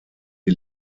die